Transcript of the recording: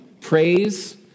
Praise